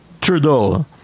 Trudeau